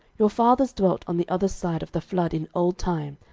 your fathers dwelt on the other side of the flood in old time,